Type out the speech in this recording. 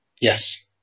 Yes